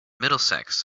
middlesex